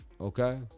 Okay